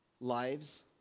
lives